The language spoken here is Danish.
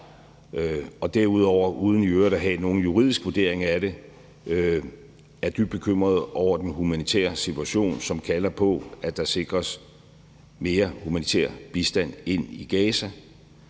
og derudover uden i øvrigt at have nogen juridisk vurdering af det er dybt bekymrede over den humanitære situation, som kalder på, at der sikres mere humanitær bistand ind i Gaza,